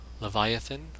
Leviathan